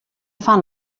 fan